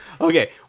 Okay